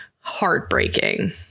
Heartbreaking